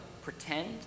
pretend